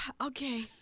Okay